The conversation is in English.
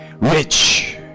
rich